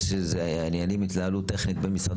נכון שהעניינים התנהלו טכנית בין משרד